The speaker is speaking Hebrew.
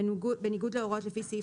בניגוד להוראות לפי סעיף